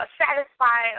satisfy